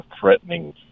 threatening